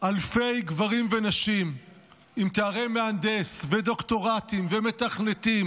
אלפי גברים ונשים עם תוארי מהנדס ודוקטורטים ומתכנתים.